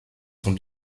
sont